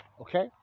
okay